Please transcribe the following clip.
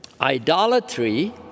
idolatry